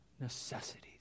necessities